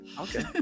Okay